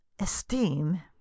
esteem